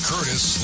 Curtis